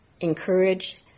encourage